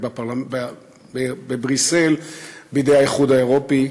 בבריסל על-ידי האיחוד האירופי,